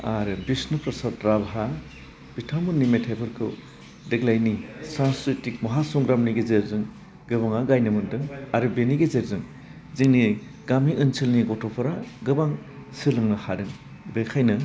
आरो बिष्णु प्रसाद राभा बिथांमोननि मेथाइफोरखौ देग्लाइनि सार्च क्रेटिक महा संग्रामनि गेजेरजों गोबाङा गाइनो मोन्दों आरो बेनि गेजेरजों जोंनि गामि ओनसोलनि गथ'फोरा गोबां सोलोंनो हादों बेखायनो